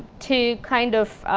to kind of